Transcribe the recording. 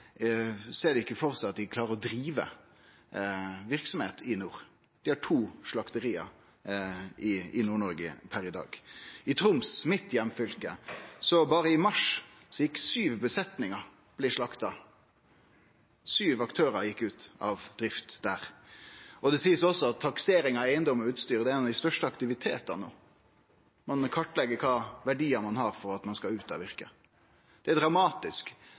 ikkje for seg at dei klarer å drive verksemd i nord. Dei har to slakteri i Nord-Noreg per i dag. I Troms, mitt heimfylke, blei sju buskapar slakta berre i mars – sju aktørar gjekk ut av drift der. Det blir også sagt at taksering av eigedom og utstyr er ein av dei største aktivitetane no. Ein kartlegg kva slags verdiar ein har, fordi ein skal ut av yrket. Det er dramatisk.